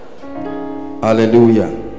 hallelujah